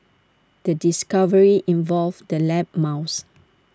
the discovery involved the lab mouse